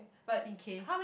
just in case